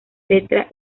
letra